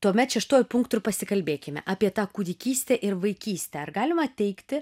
tuomet šeštuoju punktu ir pasikalbėkime apie tą kūdikystę ir vaikystę ar galima teigti